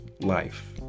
Life